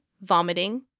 vomiting